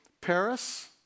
Paris